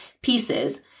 pieces